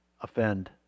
Offend